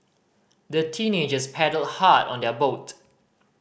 the teenagers paddled hard on their boat